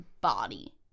body